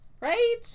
Right